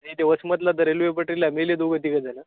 ते ते वसमतला तर रेल्वे पटेला मेले दोघं तिघं जण